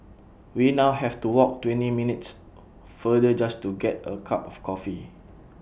we now have to walk twenty minutes further just to get A cup of coffee